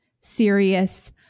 serious